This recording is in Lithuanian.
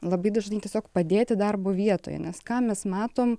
labai dažnai tiesiog padėti darbo vietoje nes ką mes matom